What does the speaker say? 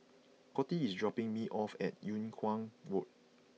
Coty is dropping me off at Yung Kuang Road